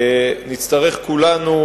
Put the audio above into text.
נצטרך כולנו